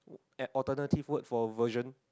an alternative food for version